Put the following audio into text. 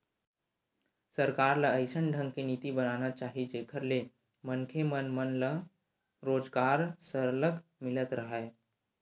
सरकार ल अइसन ढंग के नीति बनाना चाही जेखर ले मनखे मन मन ल रोजगार सरलग मिलत राहय